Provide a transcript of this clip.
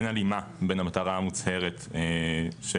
אין הלימה בין המטרה המוצהרת של